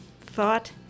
thought